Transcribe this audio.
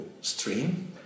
stream